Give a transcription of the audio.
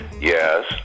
Yes